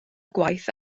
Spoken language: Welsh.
gwaith